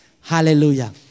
Hallelujah